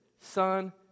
Son